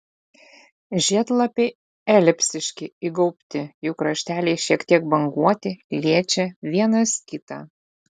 žiedlapiai elipsiški įgaubti jų krašteliai šiek tiek banguoti liečia vienas kitą